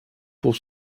pour